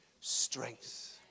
strength